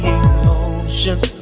emotions